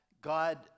God